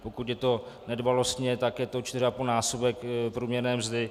Pokud je to nedbalostně, tak je to 4,5násobek průměrné mzdy.